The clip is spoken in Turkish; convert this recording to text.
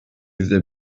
yüzde